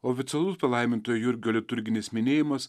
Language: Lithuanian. oficialus palaiminto jurgio liturginis minėjimas